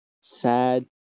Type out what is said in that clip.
Sad